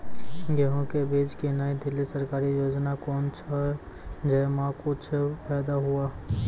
गेहूँ के बीज की नई दिल्ली सरकारी योजना कोन छ जय मां कुछ फायदा हुआ?